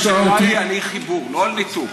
השאלה היא על אי-חיבור, לא על ניתוק.